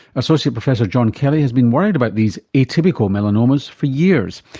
associate professor john kelly has been worried about these atypical melanomas for years.